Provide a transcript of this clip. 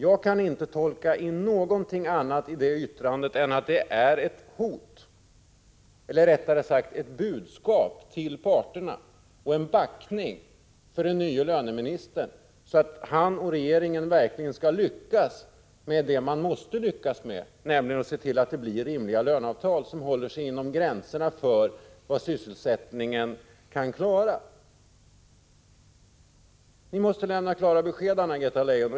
Jag kan inte se annat än att det uttrycket är ett hot mot eller rättare sagt ett budskap till parterna och en backning, så att den nye löneministern och regeringen verkligen lyckas med det man måste lyckas med, nämligen att se till att det blir ett rimligt löneavtal som håller sig inom gränserna för vad sysselsättningen kan klara. Ni måste lämna klara besked, Anna-Greta Leijon.